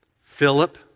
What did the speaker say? Philip